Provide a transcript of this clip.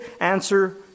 answer